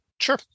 Sure